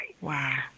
wow